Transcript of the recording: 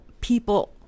people